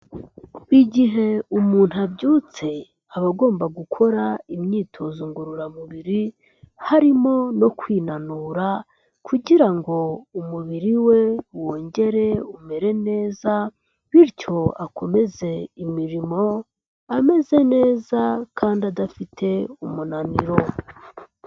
Igihe umuntu abyutse aba agomba gukora imyitozo ngororamubiri, harimo no kwinanura, kugira ngo umubiri we wongere umere neza bityo akomeze imirimo, ameze neza kandi adafite umunaniro.